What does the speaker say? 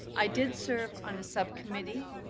i did serve on a sub committee,